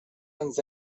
ens